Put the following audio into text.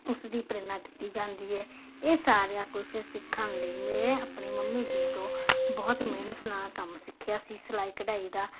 ਉਸ ਦੀ ਪ੍ਰੇਰਨਾ ਦਿੱਤੀ ਜਾਂਦੀ ਹੈ ਇਹ ਸਾਰਿਆਂ ਕੁਝ ਸਿੱਖਣ ਲਈ ਮੇਰੇ ਆਪਣੀ ਮੰਮੀ ਜੀ ਤੋਂ ਬਹੁਤ ਮਿਹਨਤ ਨਾਲ ਕੰਮ ਸਿੱਖਿਆ ਸੀ ਸਿਲਾਈ ਕਢਾਈ ਦਾ